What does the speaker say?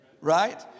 Right